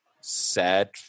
sad